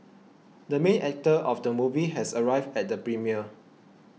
the main actor of the movie has arrived at the premiere